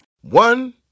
One